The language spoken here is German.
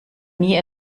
nie